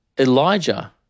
Elijah